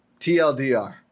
TLDR